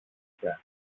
μάτια